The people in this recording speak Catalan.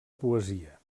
poesia